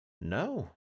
No